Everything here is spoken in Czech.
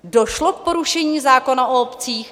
Došlo k porušení zákona o obcích?